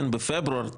בפברואר,